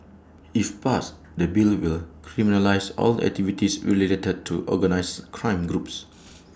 if passed the bill will criminalise all activities related to organised crime groups